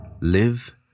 Live